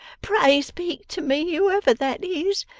pray speak to me, whoever that is,